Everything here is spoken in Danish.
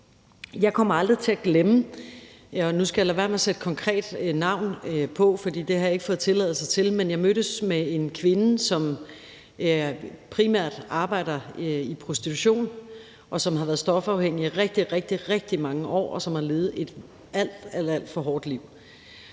med det sociale frikort. Nu skal jeg lade være med at sætte konkret navn på, for det har jeg ikke fået tilladelse til, men jeg mødtes med en kvinde, som primært arbejder i prostitution, og som har været stofafhængig rigtig, rigtig mange år og har levet et alt, alt for hårdt liv.